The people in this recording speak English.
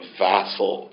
vassal